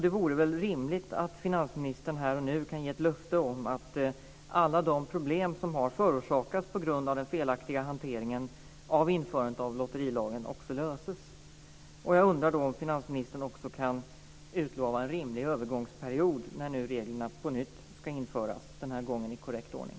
Det vore väl rimligt att finansministern här och nu kan ge ett löfte om att alla de problem som har förorsakats på grund av den felaktiga hanteringen av införandet av lotterilagen också löses. Jag undrar också om finansministern kan utlova en rimlig övergångsperiod när nu reglerna på nytt ska införas, den här gången i korrekt ordning.